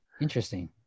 Interesting